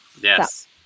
Yes